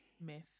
myth